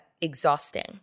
exhausting